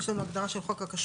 יש לנו הגדרה של חוק הכשרות,